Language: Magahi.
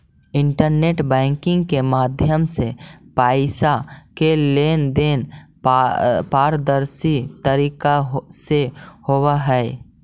इंटरनेट बैंकिंग के माध्यम से पैइसा के लेन देन पारदर्शी तरीका से होवऽ हइ